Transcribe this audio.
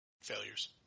Failures